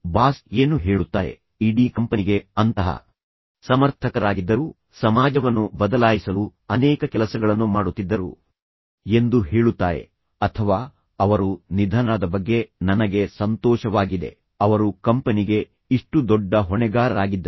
boss ಏನು ಹೇಳುತ್ತಾರೆ ಅವರು ಇಡೀ ಕಂಪನಿಗೆ ಅಂತಹ ಸಮರ್ಥಕರಾಗಿದ್ದರು ಮತ್ತು ಅವರು ಸಮಾಜವನ್ನು ಬದಲಾಯಿಸಲು ಅನೇಕ ಕೆಲಸಗಳನ್ನು ಮಾಡುತ್ತಿದ್ದರು ಎಂದು ಬಾಸ್ ಹೇಳುತ್ತಾರೆ ಅಥವಾ ಅವರು ನಿಧನರಾದ ಬಗ್ಗೆ ನನಗೆ ಸಂತೋಷವಾಗಿದೆ ಅವರು ಕಂಪನಿಗೆ ಇಷ್ಟು ದೊಡ್ಡ ಹೊಣೆಗಾರರಾಗಿದ್ದರು